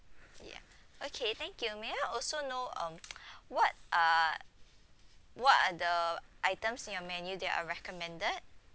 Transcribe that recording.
ya okay thank you may I also know um what are what are the items in your menu that are recommended